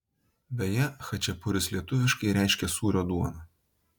beje chačiapuris lietuviškai reiškia sūrio duoną